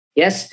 yes